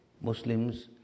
Muslims